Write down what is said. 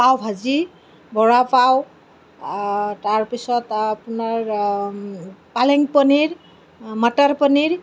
পাও ভাজি বৰাপাও তাৰপিছত আপোনাৰ পালেং পনীৰ মটৰ পনীৰ